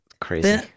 crazy